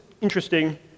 interesting